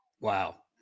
Wow